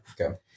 Okay